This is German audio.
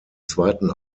zweiten